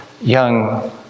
young